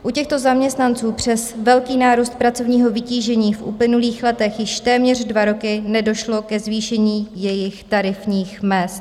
U těchto zaměstnanců přes velký nárůst pracovního vytížení v uplynulých letech již téměř dva roky nedošlo ke zvýšení jejich tarifních mezd.